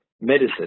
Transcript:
medicine